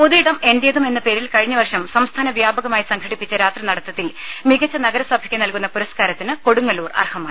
പൊതുഇടം ഏന്റേതും എന്ന പേരിൽ കഴിഞ്ഞ വർഷം സംസ്ഥാന വ്യാപകമായി സംഘടിപ്പിച്ച രാത്രിനടത്തത്തിൽ മികച്ച നഗരസഭയ്ക്ക് നൽകുന്ന പുരസ്കാരത്തിന് കൊടുങ്ങല്ലൂർ അർഹമായി